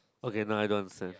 okay now I don't understand